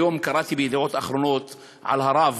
היום קראתי ב"ידיעות אחרונות" על הרב,